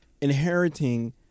inheriting